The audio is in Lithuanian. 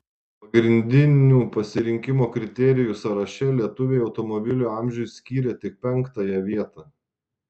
pagrindinių pasirinkimo kriterijų sąraše lietuviai automobilio amžiui skyrė tik penktąją vietą